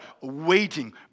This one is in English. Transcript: waiting